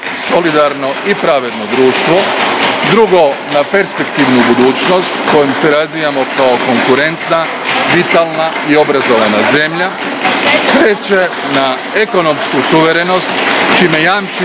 solidarno i pravedno društvo; 2. na perspektivnu budućnost kojom se razvijamo kao konkurentna, vitalna i obrazovana zemlja; 3. na ekonomsku suverenost čime jamčimo